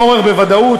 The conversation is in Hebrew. פּארן,